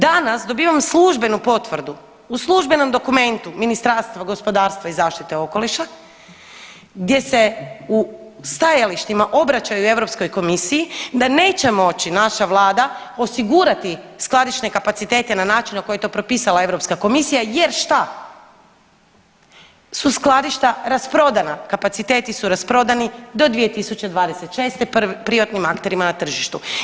Danas dobivam službenu potvrdu u službenom dokumentu Ministarstva gospodarstva i zaštite okoliša gdje se u stajalištima obraćaju Europskoj komisiji da neće moći naša vlada osigurati skladišne kapacitete na način koji je to propisala Europska komisija jer šta, su skladišta rasprodana, kapaciteti su rasprodani do 2026. privatnim akterima na tržištu.